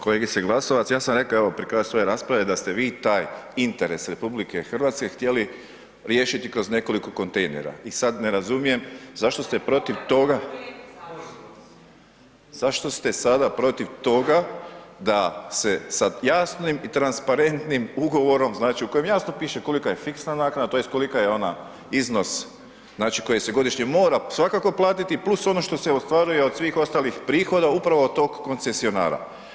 Kolegice Glasovac, ja sam rekao, evo pri kraju svoje rasprave, da ste vi taj interes RH htjeli riješiti kroz nekoliko kontejnera i sada ne razumijem zašto ste protiv toga, zašto ste sada protiv toga, da se sa jasnim i transparentnim ugovorim, znači u kojem jasno piše koliko je fiksna naknada, tj. koliko je onaj iznos, koji se godišnje mora svakako platiti, plus ono što se ostvaruje od svih ostalih prihoda upravo od toga koncesionara.